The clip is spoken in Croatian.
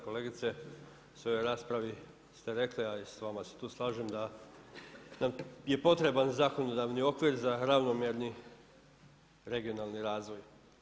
Kolegice, u svojoj raspravi ste rekli a i s vama se tu slažem da je potreban zakonodavni okvir za ravnomjerni regionalni razvoj.